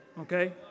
Okay